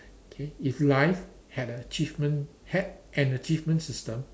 okay if life had a achievement an achievement system